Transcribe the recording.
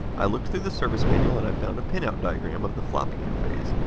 i looked through the service manual, and i found a pin out diagram of the floppy interface.